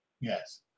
Yes